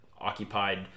occupied